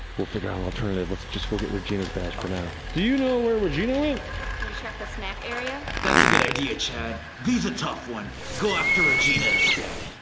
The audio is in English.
we'll figure out an alternative. let's just go get regina's badge for now. okay. do you know where regina went? did you check the snack area? that's a good idea, chad. vy's a tough one, go after regina instead.